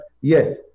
yes